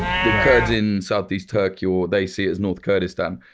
the kurds in southeast turkey or they see it as north kurdistan.